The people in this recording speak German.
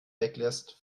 weglässt